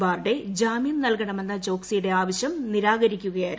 ബാർഡെ ജാമ്യം നൽകണമെന്ന ചോക്സിയുടെ ആവശ്യം നിരാകരിക്കുകയായിരുന്നു